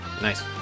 Nice